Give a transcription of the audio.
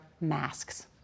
masks